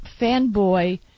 fanboy